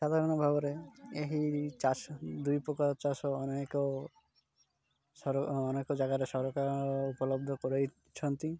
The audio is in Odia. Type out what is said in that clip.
ସାଧାରଣ ଭାବରେ ଏହି ଚାଷ ଦୁଇ ପ୍ରକାର ଚାଷ ଅନେକ ଅନେକ ଜାଗାରେ ସରକାର ଉପଲବ୍ଧ କରେଇଛନ୍ତି